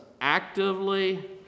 actively